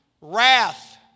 Wrath